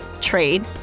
trade